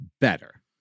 better